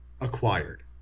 acquired